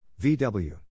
VW